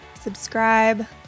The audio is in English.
subscribe